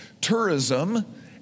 Tourism